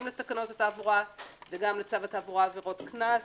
לתקנות התעבורה וגם לצו התעבורה עבירות קנס,